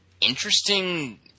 interesting